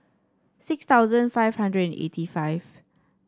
six thousand five hundred and eighty five